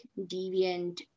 deviant